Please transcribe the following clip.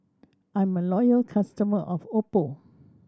I'm a loyal customer of Oppo